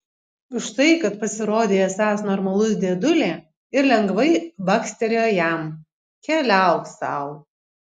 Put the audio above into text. už tai kad pasirodei esąs normalus dėdulė ir lengvai bakstelėjo jam keliauk sau